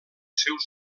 seus